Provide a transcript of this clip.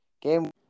game